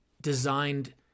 designed